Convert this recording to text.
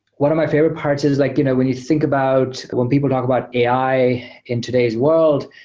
one of my favorite parts is like you know when you think about when people talk about ai in today's world,